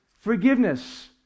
forgiveness